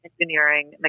engineering